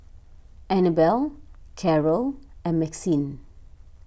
Annabelle Caryl and Maxine